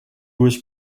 was